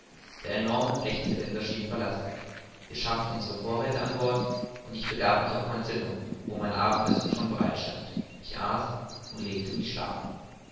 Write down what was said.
der enorme blechcylinder schien verlassen wir schafften unsere vorräthe an bord ich begab mich auf mein zimmer wo mein abendessen schon bereit stand ich aß und legte mich schlafen